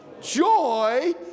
joy